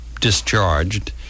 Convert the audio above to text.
discharged